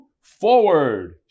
forward